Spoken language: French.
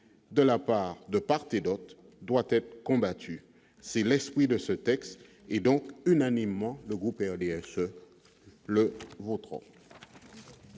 de la part de part et d'autre, doit être combattu, c'est l'esprit de ce texte et donc unanimement le groupe RDSE le vôtre.